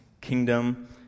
kingdom